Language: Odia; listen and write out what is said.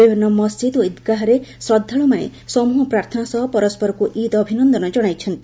ବିଭିନ୍ନ ମସ୍ଜିଦ୍ ଓ ଇଦ୍ଗାହରେ ଶ୍ରଦ୍ଧାଳୁମାନେ ସମୁହ ପ୍ରାର୍ଥନା ସହ ପରସରକୁ ଇଦ୍ ଅଭିନନ୍ଦନ ଜଣାଇଛନ୍ତି